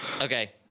Okay